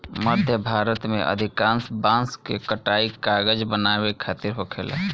मध्य भारत में अधिकांश बांस के कटाई कागज बनावे खातिर होखेला